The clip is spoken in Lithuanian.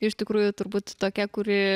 iš tikrųjų turbūt tokia kuri